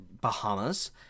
Bahamas